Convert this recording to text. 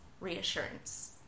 reassurance